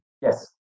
Yes